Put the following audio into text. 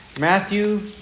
Matthew